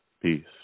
Peace